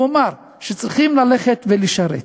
הוא אמר שצריכים ללכת ולשרת.